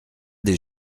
des